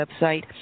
website